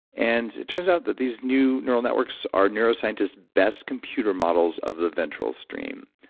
and it turns out that these new neural networks are neuroscientists' best computer models of the ventral stream.